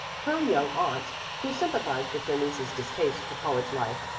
her young aunt, who sympathized with her niece's distaste for college life,